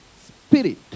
spirit